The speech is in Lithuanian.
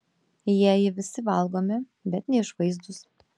jieji visi valgomi bet neišvaizdūs